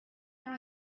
دارم